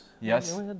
yes